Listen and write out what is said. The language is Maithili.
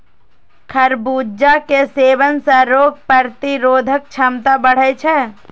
खरबूजा के सेवन सं रोग प्रतिरोधक क्षमता बढ़ै छै